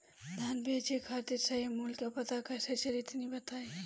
धान बेचे खातिर सही मूल्य का पता कैसे चली तनी बताई?